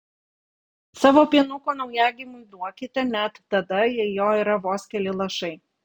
savo pienuko naujagimiui duokite net tada jei jo yra vos keli lašai